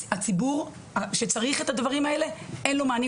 הציבור שצריך את הדברים האלה, אין לו מענים.